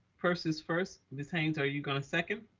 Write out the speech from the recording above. persis first. ms. haynes are you gonna second?